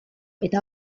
eta